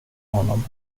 honom